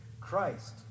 Christ